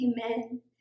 Amen